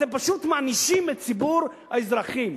אתם פשוט מענישים את ציבור האזרחים.